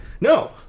No